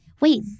wait